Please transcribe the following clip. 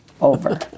over